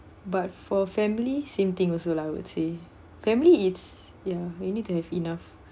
but for family same thing also lah I would say family it's ya you need to have enough